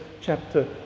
chapter